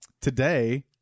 today